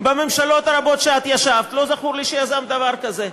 בממשלות הרבות שאת ישבת לא זכור לי שיזמת דבר כזה.